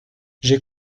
j’ai